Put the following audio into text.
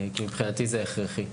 כי מבחינתי זה הכרחי.